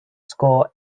score